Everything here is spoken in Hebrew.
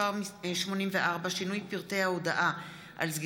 לנפגעי פעולות איבה (תיקון,